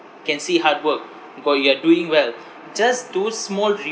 can see hard work or you are doing well just those small re~